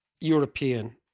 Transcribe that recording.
European